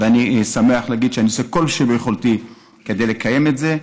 ואני שמח להגיד שאני עושה כל שביכולתי כדי לקיים את זה,